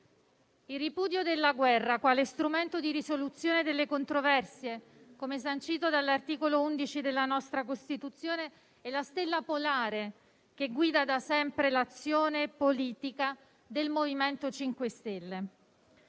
Il ripudio della guerra quale strumento di risoluzione delle controversie, come sancito dall'articolo 11 della nostra Costituzione, è la stella polare che guida da sempre l'azione politica del MoVimento 5 Stelle.